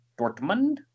Dortmund